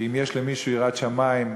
כי אם יש למישהו יראת שמים,